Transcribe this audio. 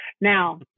Now